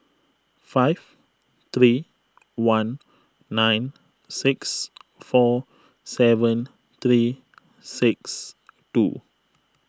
five three one nine six four seven three six two